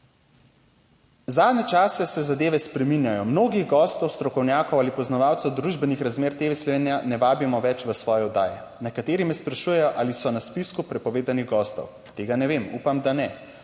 "Zadnje čase se zadeve spreminjajo. Mnogih gostov, strokovnjakov ali poznavalcev družbenih razmer TV Slovenija ne vabimo več v svoje oddaje. Nekateri me sprašujejo, ali so na spisku prepovedanih gostov. Tega ne vem, upam, da ne.